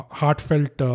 heartfelt